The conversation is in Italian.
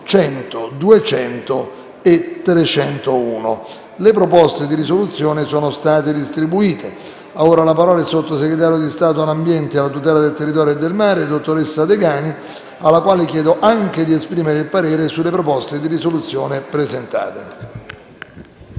100, 200 e 301. Le proposte di risoluzione sono state distribuite. Ha la parola il sottosegretario di Stato per l'ambiente e la tutela del territorio e del mare, dottoressa Degani, alla quale chiedo anche di esprimere il parere sulle proposte di risoluzione presentate.